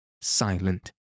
silent